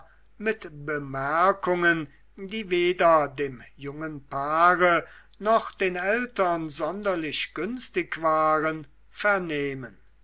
mit bemerkungen die weder dem jungen paare noch den eltern sonderlich günstig waren vernehmen